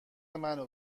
منو